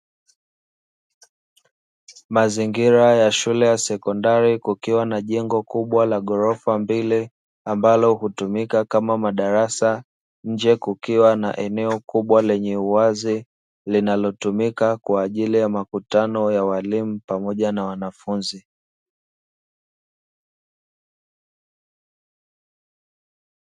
Mazingira ya shule ya sekondari kukiwa na jengo kubwa la ghorofa mbili, ambalo hutumika kama madarasa, nje kukiwa na eneo kubwa lenye uwazi, linalotumika kwa ajili ya makutano ya walimu pamoja na wanafunzi.